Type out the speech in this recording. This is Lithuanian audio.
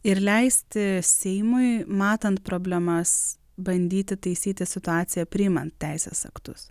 ir leisti seimui matant problemas bandyti taisyti situaciją priimant teisės aktus